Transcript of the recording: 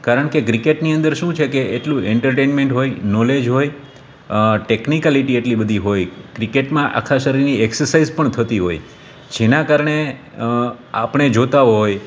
કારણ કે ક્રિકેટની અંદર શું છે કે એટલું એન્ટરટેનમેન્ટ હોય નોલેજ હોય ટેક્નિકાલિટી એટલી બધી હોય ક્રિકેટમાં આખા શરીરની એક્સસાઈજ પણ થતી હોય જેના કારણે આપણે જોતાં હોય